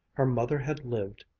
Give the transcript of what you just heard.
her mother had lived,